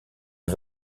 les